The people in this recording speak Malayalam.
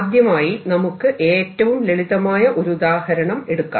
ആദ്യമായി നമുക്ക് ഏറ്റവും ലളിതമായ ഒരു ഉദാഹരണം എടുക്കാം